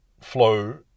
flow